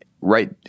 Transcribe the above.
right